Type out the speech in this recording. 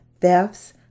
thefts